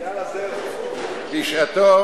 בשעתו